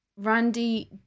randy